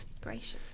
Gracious